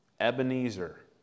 Ebenezer